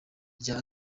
rya